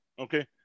okay